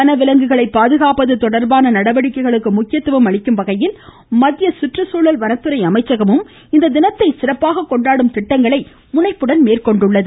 வனவிலங்குகளை பாதுகாப்பது தொடர்பான நடவடிக்கைகளுக்கு முக்கியத்துவம் அளிக்கும் வகையில் சுற்றுச்சூழல் வனத்துறை அமைச்சகமும் இத்தினத்தை சிறப்பாக கொண்டாடும் திட்டங்களை முனைப்புடன் மேற்கொண்டுள்ளது